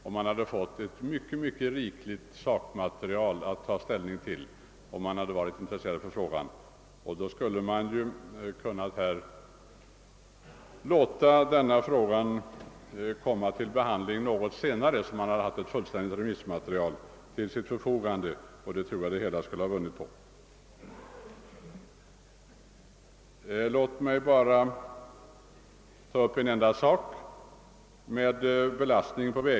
Då hade man fått ett mycket rikligt sakmaterial att ta ställning till, om man i utskottet hade varit intresserad av frågan. Ärendet skulle då ha kunnat behandlas något senare i vår, när ett fullständigt remissmaterial hade förelegat. Det hade hela frågan vunnit på. Låt mig bara ta upp ett enda spörsmål i detta sammanhang.